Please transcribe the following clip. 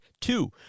Two